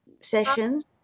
sessions